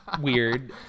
weird